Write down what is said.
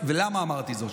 ולמה אמרתי זאת?